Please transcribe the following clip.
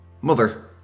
Mother